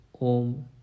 Om